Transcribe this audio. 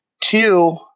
Two